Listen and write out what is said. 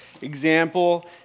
example